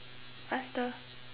faster